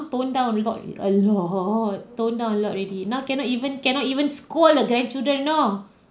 toned down a lot a lot toned down a lot already now cannot even cannot even scold the grandchildren you know